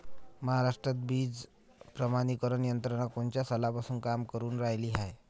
महाराष्ट्रात बीज प्रमानीकरण यंत्रना कोनच्या सालापासून काम करुन रायली हाये?